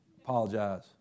Apologize